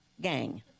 gang